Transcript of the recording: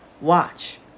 watch